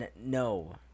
no